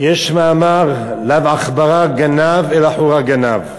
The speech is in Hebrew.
יש מאמר: לאו עכברא גנב אלא חורא גנב.